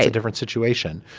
ah different situation.